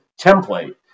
template